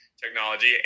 technology